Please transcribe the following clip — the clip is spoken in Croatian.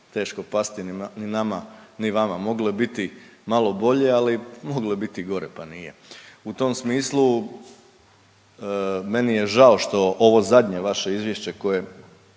teško pasti ni nama ni vama. Moglo je biti malo bolje, ali moglo je biti i gore pa nije. U tom smislu meni je žao što ovo zadnje vaše izvješće koje